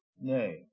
Nay